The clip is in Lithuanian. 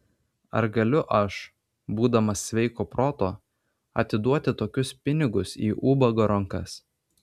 ar galiu aš būdamas sveiko proto atiduoti tokius pinigus į ubago rankas